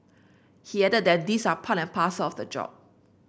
he added that these are part and parcel of the job